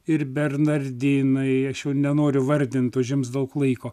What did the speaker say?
ir bernardinai aš jau nenoriu vardint užims daug laiko